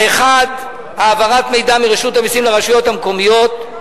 האחד, העברת מידע מרשות המסים לרשויות המקומיות,